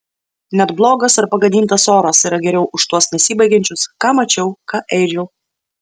net blogas ar pagadintas oras yra geriau už tuos nesibaigiančius ką mačiau ką ėdžiau